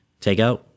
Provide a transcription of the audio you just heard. takeout